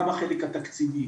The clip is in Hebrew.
גם החלק התקציבי.